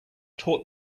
taught